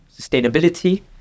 sustainability